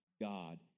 God